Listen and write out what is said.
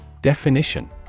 Definition